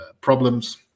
problems